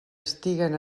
estiguen